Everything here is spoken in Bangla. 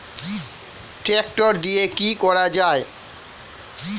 ট্রাক্টর দিয়ে কি করা যায়?